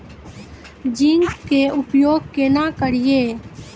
Zinc के उपयोग केना करये?